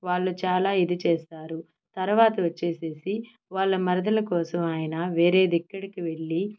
వాళ్ళు చాలా ఇది చేస్తారు తరువాత వొచ్చేసేసి వాళ్ళ మరదలు కోసం ఆయన వేరే దిక్కడికి వెళ్లి